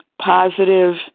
positive